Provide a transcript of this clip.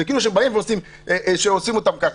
זה כאילו שהם באים ועושים אותם ככה.